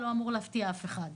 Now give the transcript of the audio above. לא אמור להפתיע אף אחד.